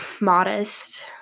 modest